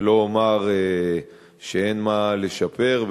ולא אומר שאין מה לשפר.